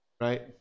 right